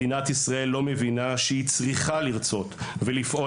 מדינת ישראל לא מבינה שהיא צריכה לרצות ולפעול